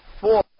four